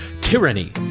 Tyranny